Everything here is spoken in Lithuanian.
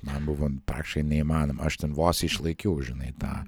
man buvo praktiškai neįmanoma aš ten vos išlaikiau žinai tą